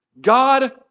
God